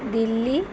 Delhi